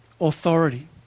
authority